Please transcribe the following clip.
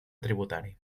tributari